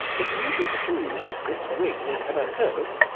if you shall prove this ring was ever hers,